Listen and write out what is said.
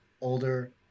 older